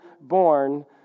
born